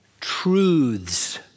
truths